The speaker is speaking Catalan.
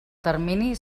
termini